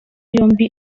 yombi